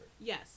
Yes